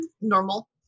Normal